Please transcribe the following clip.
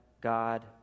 God